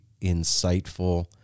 insightful